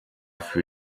für